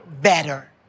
better